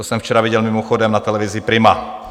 To jsem včera viděl mimochodem na televizi Prima.